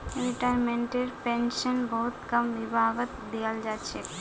रिटायर्मेन्टटेर pension बहुत कम विभागत दियाल जा छेक